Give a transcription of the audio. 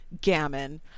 Gammon